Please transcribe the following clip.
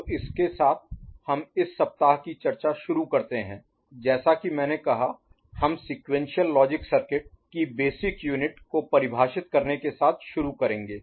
तो इसके साथ हम इस सप्ताह की चर्चा शुरू करते हैं जैसा कि मैंने कहा हम सीक्वेंशियल लॉजिक सर्किट की बेसिक यूनिट Basic Unit मूल इकाइयों को परिभाषित करने के साथ शुरू करेंगे